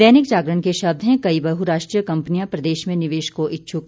दैनिक जागरण के शब्द हैं कई बहुराष्ट्रीय कंपनियां प्रदेश में निवेश को इच्छुक